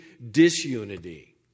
disunity